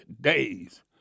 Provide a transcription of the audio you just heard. days